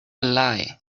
lie